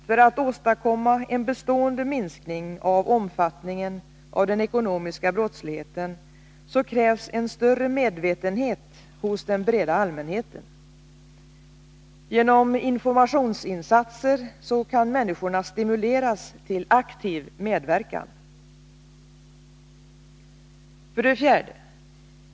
För att åstadkomma en bestående minskning av omfattningen av den ekonomiska brottsligheten krävs en större medvetenhet hos den breda allmänheten. Genom informationsinsatser kan människorna stimuleras till aktiv medverkan. 4.